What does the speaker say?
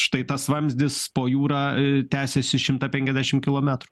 štai tas vamzdis po jūra tęsiasi šimtą penkiasdešim kilometrų